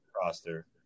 roster